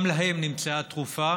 גם להם נמצאה תרופה,